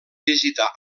visità